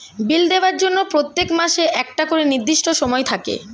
বিল দেওয়ার জন্য প্রত্যেক মাসে একটা করে নির্দিষ্ট সময় থাকে